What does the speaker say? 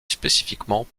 spécifiquement